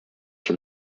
from